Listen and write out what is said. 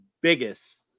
biggest –